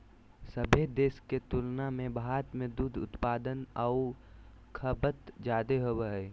सभे देश के तुलना में भारत में दूध उत्पादन आऊ खपत जादे होबो हइ